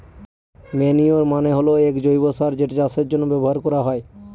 manure মানে হল এক জৈব সার যেটা চাষের জন্য ব্যবহার করা হয়